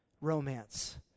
romance